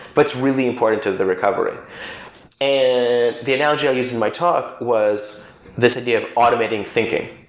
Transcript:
but it's really important to the recovery and the analogy i used in my talk was this idea of automating thinking.